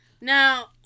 Now